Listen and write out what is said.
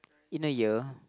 in a year